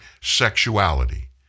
sexuality